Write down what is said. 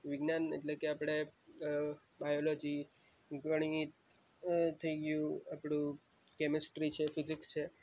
વિજ્ઞાન એટલે કે આપણે બાયોલોજી ગણિત થઈ ગયું આપણું કેમેસ્ટ્રી છે ફિઝિક્સ છે